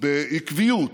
בעקביות,